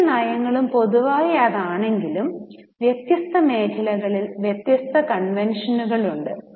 മിക്ക നയങ്ങളും പൊതുവായതാണെങ്കിലും വ്യത്യസ്ത മേഖലകളിൽ വ്യത്യസ്ത കൺവെൻഷനുകൾ ഉണ്ട്